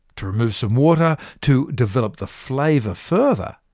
to remove some water, to develop the flavour further,